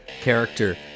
character